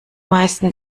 meisten